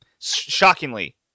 shockingly